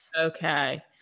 okay